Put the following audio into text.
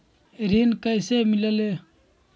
ऋण कईसे मिलल ले?